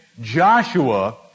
Joshua